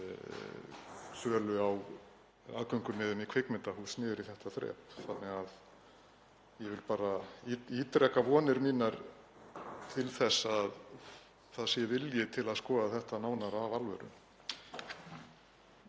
sölu á aðgöngumiðum í kvikmyndahús niður í þetta þrep. Ég vil bara ítreka vonir mínar til þess að það sé vilji til að skoða þetta nánar af alvöru.